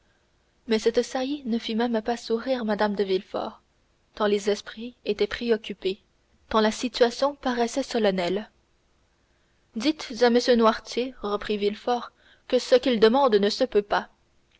mais cette saillie ne fit même pas sourire mme de villefort tant les esprits étaient préoccupés tant la situation paraissait solennelle dites à m noirtier reprit villefort que ce qu'il demande ne se peut pas